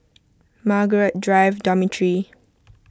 Margaret Drive Dormitory